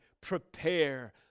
Prepare